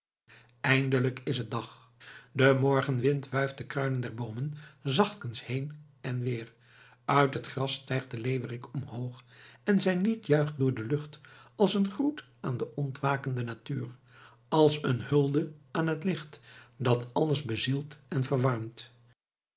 eindelijk is het dag de morgenwind wuift de kruinen der boomen zachtkens heen en weer uit het gras stijgt de leeuwerik omhoog en zijn lied juicht door de lucht als een groet aan de ontwakende natuur als een hulde aan het licht dat alles bezielt en verwarmt